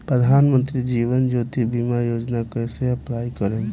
प्रधानमंत्री जीवन ज्योति बीमा योजना कैसे अप्लाई करेम?